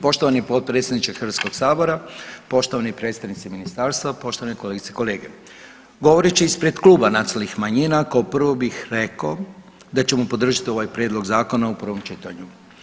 Poštovani potpredsjedniče Hrvatskog sabora, poštovani predstavnici ministarstva, poštovane kolegice i kolege govoreći ispred Kluba nacionalnih manjina kao prvo bih rekao da ćemo podržati ovaj prijedlog zakona u prvom čitanju.